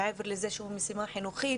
מעבר לזה שהוא משימה חינוכית,